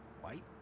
White